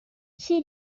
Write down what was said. she